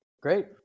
Great